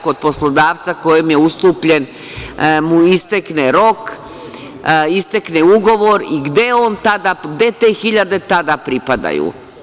Kod poslodavca kojem je ustupljen mu istekne rok, istekne ugovor i gde te hiljade tada pripadaju?